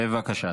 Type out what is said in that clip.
בבקשה,